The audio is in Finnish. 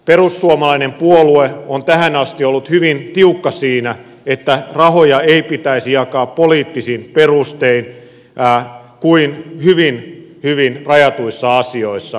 perussuomalainen puolue on tähän asti ollut hyvin tiukka siinä että rahoja ei pitäisi jakaa poliittisin perustein kuin hyvin hyvin rajatuissa asioissa